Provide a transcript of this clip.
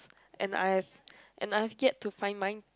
and I and I yet to find mine